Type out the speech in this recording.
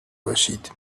باشید